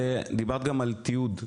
דיברת גם על תיעוד.